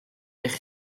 eich